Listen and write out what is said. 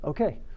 Okay